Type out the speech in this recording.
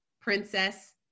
princess